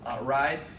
ride